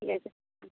ঠিক আছে হুম